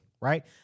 Right